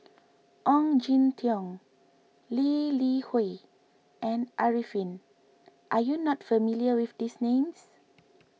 Ong Jin Teong Lee Li Hui and Arifin are you not familiar with these names